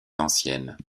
ancienne